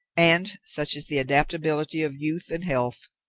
and, such is the adaptability of youth and health,